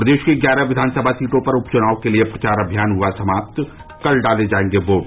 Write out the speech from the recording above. प्रदेश की ग्यारह विधान सभा सीटों पर उपचुनाव के लिए प्रचार अभियान हुआ समाप्त कल डाले जायेंगे वोट